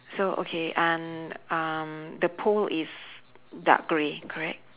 so okay and um the pole is dark grey correct